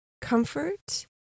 comfort